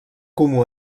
comú